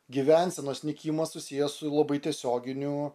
gyvensenos nykimas susijęs su labai tiesioginiu